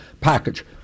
package